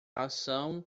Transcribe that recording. ação